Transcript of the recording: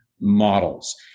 models